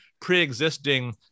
pre-existing